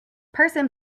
person